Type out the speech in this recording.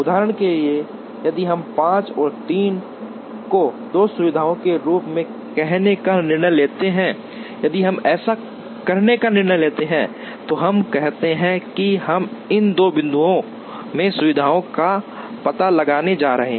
उदाहरण के लिए यदि हम 5 और 3 को दो सुविधाओं के रूप में कहने का निर्णय लेते हैं यदि हम ऐसा करने का निर्णय लेते हैं तो हम कहते हैं कि हम इन दो बिंदुओं में सुविधाओं का पता लगाने जा रहे हैं